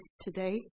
today